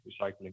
recycling